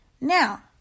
Now